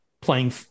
playing